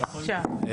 בבקשה.